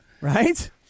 right